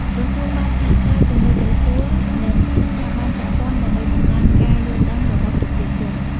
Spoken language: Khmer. ក្រសួងបានសហការជាមួយក្រសួងនិងស្ថាប័នពាក់ព័ន្ធដើម្បីបង្កើនការយល់ដឹងរបស់ប្រជាជន។